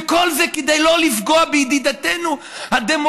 וכל זה כדי לא לפגוע בידידתנו הדמוקרטית,